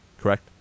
correct